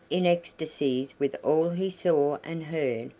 in ecstacies with all he saw and heard,